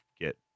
get